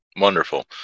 wonderful